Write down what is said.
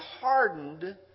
hardened